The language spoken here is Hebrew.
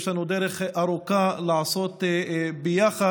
ויש לנו דרך ארוכה לעשות ביחד.